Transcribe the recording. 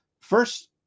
first